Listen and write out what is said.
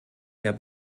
der